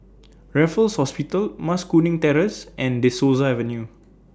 Raffles Hospital Mas Kuning Terrace and De Souza Avenue